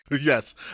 yes